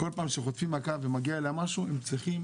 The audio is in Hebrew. כל פעם כשהם חוטפים מכה ומגיע להם משהו הם צריכים,